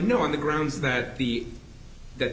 no on the grounds that the that